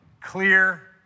clear